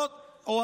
השתתפת בכל הדיונים?